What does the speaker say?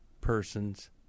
person's